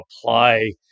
apply